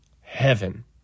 heaven